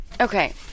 Okay